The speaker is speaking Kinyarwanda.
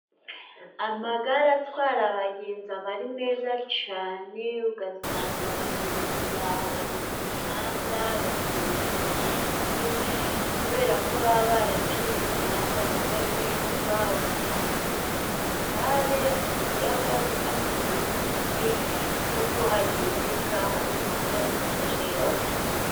Amagare atwara abagenzi aba ari meza cyane, ugasanga abanyonzi bahagaze ku mihanda bategereje abagenzi, kubera ko baba baraciye imihanda nyabagendwa, ugasanga umuntu ateze igare ageze iyo ashaka kandi agereyeyo ku gihe, kuko hagendeka hari umuhanda umeze neza.